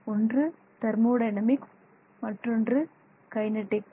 ஒன்று தெர்மோடைனமிக்ஸ் மற்றொன்று கைனெடிக்ஸ்